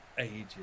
Ages